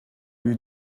you